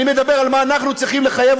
אני מדבר על מה שאנחנו צריכים לחייב